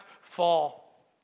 fall